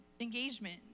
Engagement